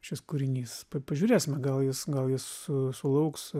šis kūrinys pažiūrėsime gal jis gal jis sulauks